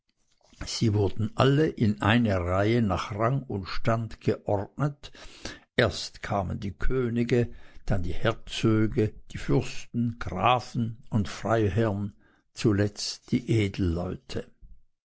sie wurden alle in eine reihe nach rang und stand geordnet erst kamen die könige dann die herzöge die fürsten grafen und freiherrn zuletzt die edelleute